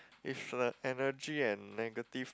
if a energy and negative